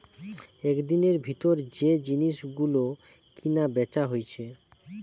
একদিনের ভিতর যে জিনিস গুলো কিনা বেচা হইছে